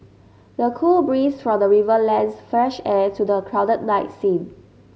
the cool breeze from the river lends fresh air to the crowded night scene